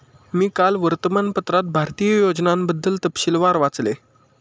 मी काल वर्तमानपत्रात भारतीय योजनांबद्दल तपशीलवार वाचले